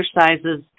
exercises